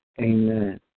Amen